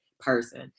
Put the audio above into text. person